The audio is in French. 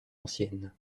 ancienne